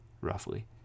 roughly